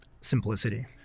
Simplicity